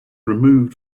removed